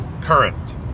current